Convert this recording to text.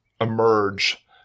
emerge